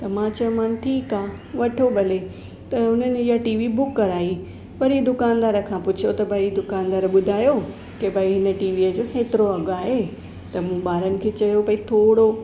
त मां चयोमांनि ठीकु आहे वठो भले त हुननि इहा टीवी ॿुक कराई पर ई दुकानदार खां पूछियो त भई दुकानदारु ॿुधायो कि भई हिन टीवीअ जो हेतिरो अघु आहे त मूं ॿारनि खे चयो भई थोरो